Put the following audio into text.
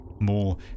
More